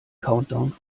countdown